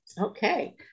Okay